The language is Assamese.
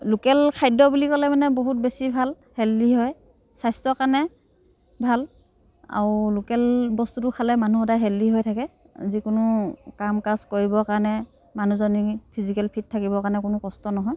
লোকেল খাদ্য বুলি ক'লে মানে বহুত বেছি ভাল হেল্ডি হয় স্বাস্থ্যৰ কাৰণে ভাল আৰু লোকেল বস্তুটো খালে মানুহ এটা হেল্ডি হৈ থাকে যিকোনো কাম কাজ কৰিবৰ কাৰণে মানুহজনে ফিজিকেল ফিট থাকিবৰ কাৰণে কোনো কষ্ট নহয়